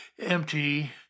empty